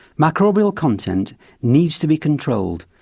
microbial content needs to be controlled,